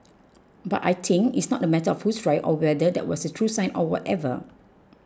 but I think it's not a matter of who's right or whether that was a true sign or whatever